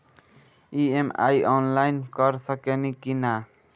EMI online कर सकेनी की ना?